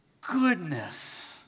goodness